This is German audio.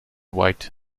white